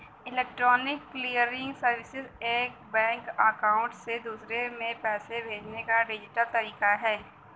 electronic clearing services एक bank account से दूसरे में पैसे भेजने का डिजिटल तरीका है